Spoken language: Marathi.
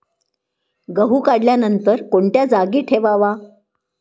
गहू काढल्यानंतर कोणत्या जागी ठेवावा?